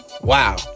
Wow